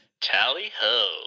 Tally-ho